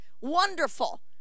Wonderful